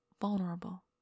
vulnerable